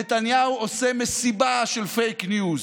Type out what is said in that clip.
נתניהו עושה מסיבה של פייק ניוז.